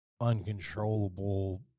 uncontrollable